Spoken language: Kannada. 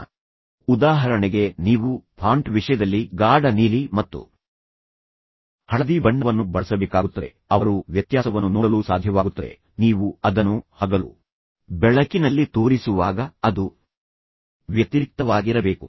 ಅವರಿಗೆ ನೋಡಲು ಸಾಧ್ಯವಾಗುವುದಿಲ್ಲ ಉದಾಹರಣೆಗೆ ನೀವು ಫಾಂಟ್ ವಿಷಯದಲ್ಲಿ ಗಾಢ ನೀಲಿ ಮತ್ತು ಹಳದಿ ಬಣ್ಣವನ್ನು ಬಳಸಬೇಕಾಗುತ್ತದೆ ಅವರು ವ್ಯತ್ಯಾಸವನ್ನು ನೋಡಲು ಸಾಧ್ಯವಾಗುತ್ತದೆ ನೀವು ಅದನ್ನು ಹಗಲು ಬೆಳಕಿನಲ್ಲಿ ತೋರಿಸುವಾಗ ಅದು ವ್ಯತಿರಿಕ್ತವಾಗಿರಬೇಕು